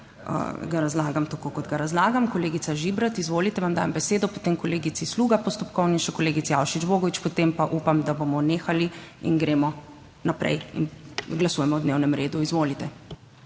ga razlagam tako kot ga razlagam. Kolegica Žibrat, izvolite, vam dajem besedo, potem kolegici Sluga postopkovni, in še kolegici Avšič Bogovič, potem pa upam, da bomo nehali in gremo naprej in glasujemo o dnevnem redu. Izvolite.